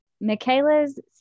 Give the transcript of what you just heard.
Michaela's